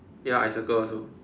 ya I circle also